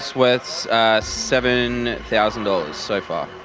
worth seven thousand dollars so far.